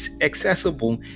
accessible